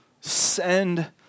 Send